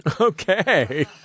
Okay